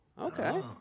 okay